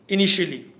Initially